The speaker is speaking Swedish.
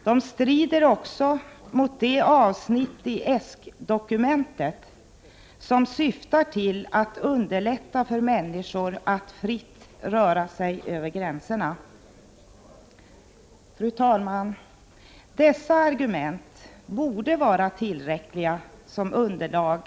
De strider också mot de avsnitt av ESK-dokumentet som syftar till att underlätta människors fria rörlighet över gränserna. Fru talman! Dessa argument borde vara tillräckliga som underlag för att vi Prot.